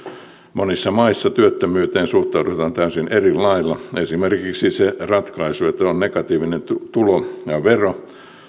monissa maissa työttömyyteen suhtaudutaan täysin eri lailla on esimerkiksi se ratkaisu että on negatiivinen tulo ja vero kun